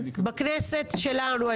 בכנסת שלנו,